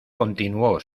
continuó